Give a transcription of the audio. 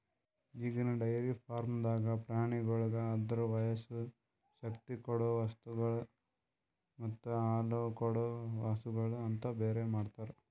ಈಗಿನ ಡೈರಿ ಫಾರ್ಮ್ದಾಗ್ ಪ್ರಾಣಿಗೋಳಿಗ್ ಅದುರ ವಯಸ್ಸು, ಶಕ್ತಿ ಕೊಡೊ ವಸ್ತುಗೊಳ್ ಮತ್ತ ಹಾಲುಕೊಡೋ ಹಸುಗೂಳ್ ಅಂತ ಬೇರೆ ಮಾಡ್ತಾರ